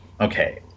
Okay